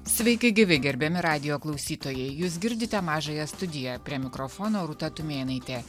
sveiki gyvi gerbiami radijo klausytojai jūs girdite mažąją studiją prie mikrofono rūta tumėnaitė